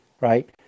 right